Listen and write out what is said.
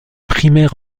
primaire